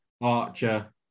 Archer